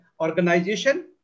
organization